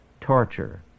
torture